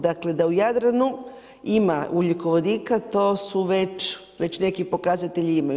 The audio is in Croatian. Dakle, da u Jadranu ima ugljikovodika to su već neki pokazatelji imaju.